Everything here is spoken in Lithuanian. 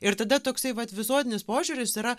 ir tada toksai vat visuotinis požiūris yra